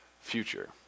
future